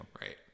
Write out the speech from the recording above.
Right